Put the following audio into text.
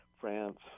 France